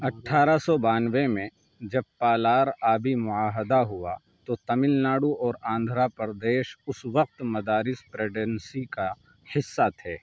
اٹھارہ سو بانوے میں جب پالار آبی معاہدہ ہوا تو تمل ناڈو اور آندھرا پردیش اس وقت مدارس پریسیڈنسی کا حِصّہ تھے